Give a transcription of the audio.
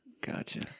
Gotcha